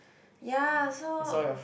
ya so